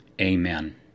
Amen